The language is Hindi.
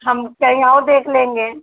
हम कहीं और देख लेंगे